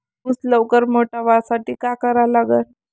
ऊस लवकर मोठा व्हासाठी का करा लागन?